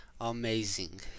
amazing